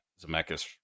Zemeckis